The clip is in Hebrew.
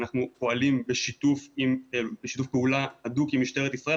אנחנו פועלים בשיתוף פעולה הדוק עם משטרת ישראל,